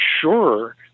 sure